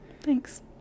Thanks